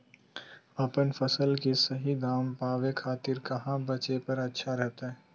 अपन फसल के सही दाम पावे खातिर कहां बेचे पर अच्छा रहतय?